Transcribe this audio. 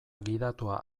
gidatua